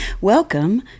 Welcome